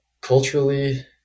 culturally